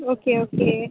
okay okay